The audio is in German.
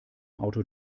auto